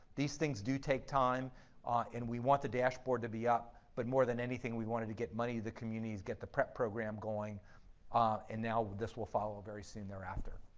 these things do take time and we want the dashboard to be up but more than anything we wanted to get money to the community, get the prep program going ah and now this will follow very soon thereafter.